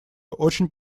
очень